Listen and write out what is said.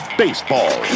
baseball